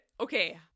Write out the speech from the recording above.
okay